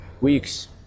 weeks